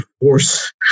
force